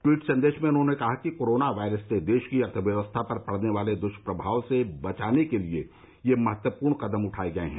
tweet संदेश में उन्होंने कहा कि कोरोना वायरस से देश की अर्थव्यवस्था पर पड़ने वाले दुष्प्रभाव से बचाने के लिए ये महत्वपूर्ण कदम उठाए गए हैं